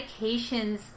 medications